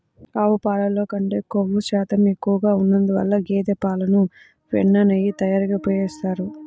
ఆవు పాలల్లో కంటే క్రొవ్వు శాతం ఎక్కువగా ఉన్నందువల్ల గేదె పాలను వెన్న, నెయ్యి తయారీకి ఉపయోగిస్తారు